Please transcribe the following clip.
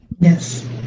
Yes